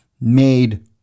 made